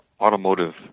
automotive